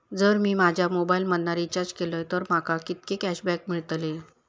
जर मी माझ्या मोबाईल मधन रिचार्ज केलय तर माका कितके कॅशबॅक मेळतले?